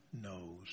knows